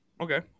Okay